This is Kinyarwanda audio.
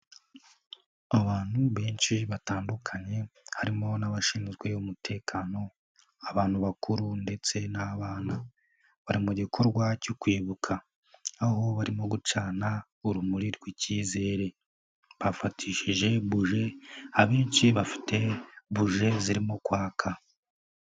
Abantu benshi batandukanye harimo n'abashinzwe umutekano, abantu bakuru ndetse n'abana, bari mu gikorwa cyo kwibuka, aho barimo gucana urumuri rw'ikizere, bafatishije buji abenshi bafite buji zirimo kwaka.